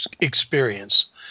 experience